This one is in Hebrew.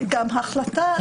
וגם החלטה היא לבחון את זה.